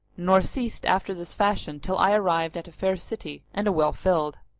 nor ceased after this fashion till i arrived at a fair city and a well filled.